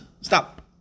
stop